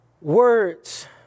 words